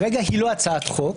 כרגע היא לא הצעת חוק.